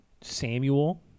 Samuel